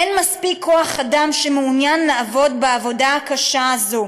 אין מספיק כוח-אדם שמעוניין לעבוד בעבודה הקשה הזאת.